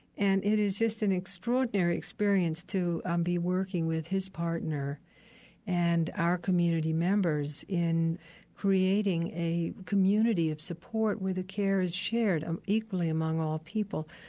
and it is just an extraordinary experience to um be working with his partner and our community members in creating a community of support where the care is shared um equally among all people.